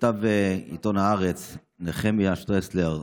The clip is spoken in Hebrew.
כתב עיתון הארץ נחמיה שטרסלר,